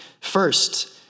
First